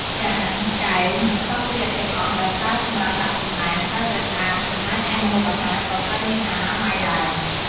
ចាន កែវ និង សម្ភារៈទាំងអស់ដែលប្រើសម្រាប់ដាក់សំណែនត្រូវតែស្អាត ចំណែកឯម្ហូបអាហារក៏ត្រូវមានអនាម័យដែរ។